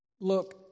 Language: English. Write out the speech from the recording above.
look